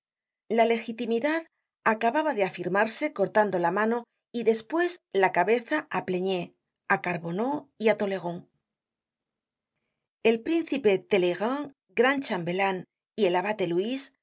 la legitimidad acababa de afirmarse cortando la mano y despues la cabeza á pleignier á carbonneau y á tolleron el príncipe talleyrand gran chambelan y el abate luis